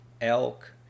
elk